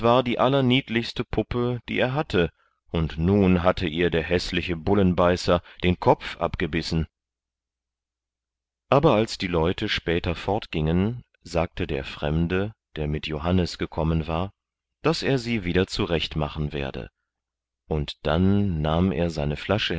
die allerniedlichste puppe die er hatte und nun hatte ihr der häßliche bullenbeißer den kopf abgebissen aber als die leute später fortgingen sagte der fremde der mit johannes gekommen war daß er sie wieder zurecht machen werde und dann nahm er seine flasche